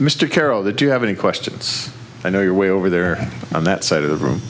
mr carroll that you have any questions i know your way over there i'm that side of the room